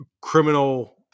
criminal